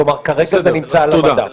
כלומר, כרגע זה נמצא על המדף.